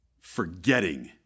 Forgetting